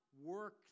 work